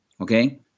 Okay